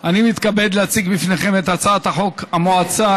אני מתכבד להציג בפניכם את הצעת חוק המועצה